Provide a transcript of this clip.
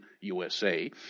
USA